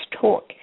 talk